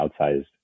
outsized